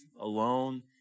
alone